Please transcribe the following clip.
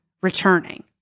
returning